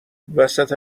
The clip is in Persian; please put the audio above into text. وسط